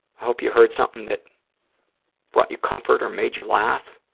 hope you heard something that brought you comfort or made you laugh.